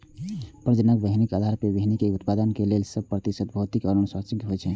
प्रजनक बीहनि आधार बीहनि केर उत्पादन लेल सय प्रतिशत भौतिक आ आनुवंशिक होइ छै